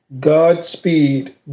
Godspeed